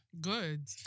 Good